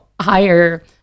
higher